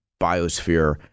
biosphere